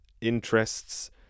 interests